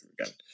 again